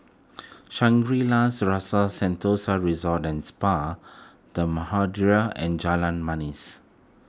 Shangri La's Rasa Sentosa Resort and Spa the and Jalan Manis